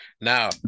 Now